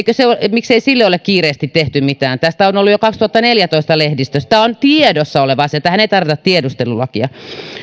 miksei sille ole kiireellisesti tehty mitään tästä on ollut jo kaksituhattaneljätoista lehdistössä tämä on tiedossa oleva asia tähän ei tarvita tiedustelulakia